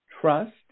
trust